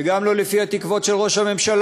וגם לא לפי התקוות של ראש הממשלה,